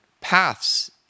paths